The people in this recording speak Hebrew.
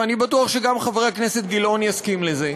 ואני בטוח שגם חבר הכנסת גילאון יסכים לזה: